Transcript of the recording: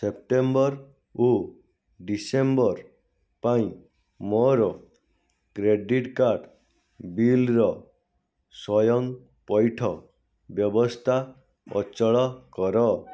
September ଓ December ପାଇଁ ମୋର କ୍ରେଡ଼ିଟ୍ କାର୍ଡ଼ ବିଲ୍ର ସ୍ଵୟଂ ପଇଠ ବ୍ୟବସ୍ଥା ଅଚଳ କର